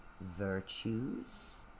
virtues